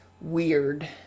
weird